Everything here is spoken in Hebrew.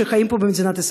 שחיים פה,